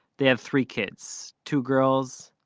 they had three kids two girls,